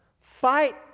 fight